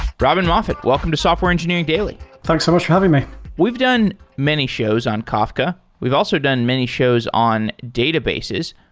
robin moffatt, welcome to software engineering daily thanks so much for having me we've done many shows on kafka. we've also done many shows on databases.